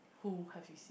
who have you see